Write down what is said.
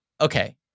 okay